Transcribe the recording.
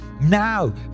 Now